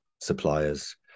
suppliers